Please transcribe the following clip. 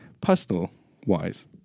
personal-wise